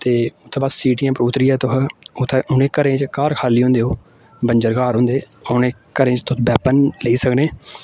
ते उत्थै बस सीटिये पर उतरियै तुस उत्थै उनें घरें च घर खाल्ली होंदे ओह् बंजर घर होंदे उनें घरें च तुस वैपन लेई सकनें